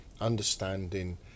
understanding